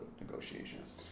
negotiations